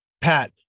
Pat